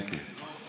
כן, כן.